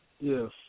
Yes